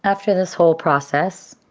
after this whole process,